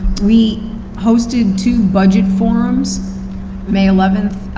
we hosted two budget forums may eleventh,